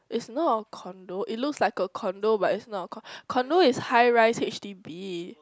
it's not a condo it looks like a condo but it's not a co~ condo is high rise h_d_b